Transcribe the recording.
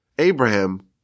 Abraham